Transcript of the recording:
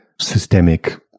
systemic